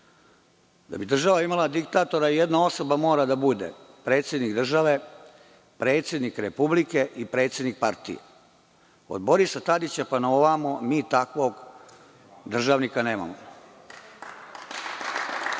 Da bi država imala diktatora jedna osoba mora da bude predsednik države, predsednik republike i predsednik partije. Od Borisa Tadića pa na ovamo mi takvog državnika nemamo.